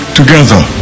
together